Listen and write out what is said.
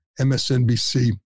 MSNBC